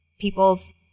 people's